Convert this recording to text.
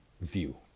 view